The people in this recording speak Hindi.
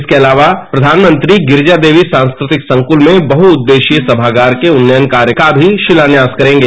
इसके अलावा प्रधानमंत्री गिरिजा देवी सांस्कृतिक संकृत में बहुजदेश्यीय सभागार के उन्नयन कार्य का भी शिलान्यास करेंगे